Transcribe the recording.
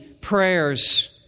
prayers